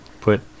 put